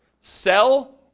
sell